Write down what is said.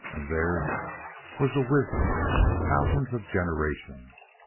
and theirs was the wisdom of thousands of generations